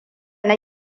na